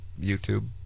YouTube